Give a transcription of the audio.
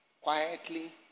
quietly